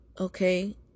Okay